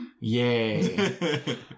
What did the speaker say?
Yay